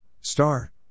Star